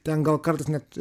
ten gal kartais net